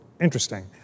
Interesting